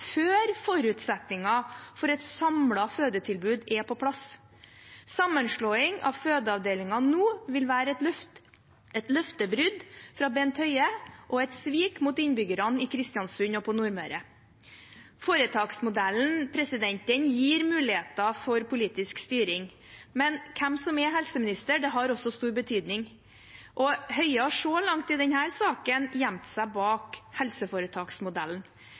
før forutsetningen for et samlet fødetilbud er på plass. Sammenslåing av fødeavdelingene nå vil være et løftebrudd fra Bent Høie og et svik mot innbyggerne i Kristiansund og på Nordmøre. Foretaksmodellen gir muligheter for politisk styring, men hvem som er helseminister, har også stor betydning. Høie har så langt i denne saken gjemt seg bak helseforetaksmodellen.